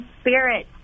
spirit